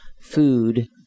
food